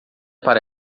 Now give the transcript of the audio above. para